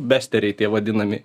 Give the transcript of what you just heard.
besteriai tie vadinami